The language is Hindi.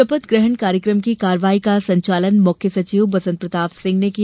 शपथ ग्रहण कार्यक्रम की कार्यवाही का संचालन मुख्य सचिव बसंत प्रताप सिंह ने किया